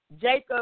Jacob